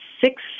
six